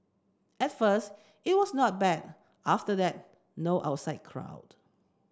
at first it was not bad after that no outside crowd